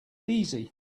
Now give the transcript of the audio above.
easy